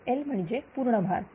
FL म्हणजे पूर्ण भार